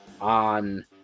on